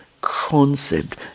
concept